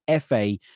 FA